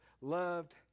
loved